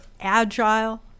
agile